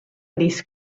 gris